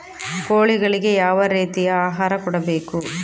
ಕೋಳಿಗಳಿಗೆ ಯಾವ ರೇತಿಯ ಆಹಾರ ಕೊಡಬೇಕು?